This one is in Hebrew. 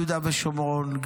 ביהודה ושומרון,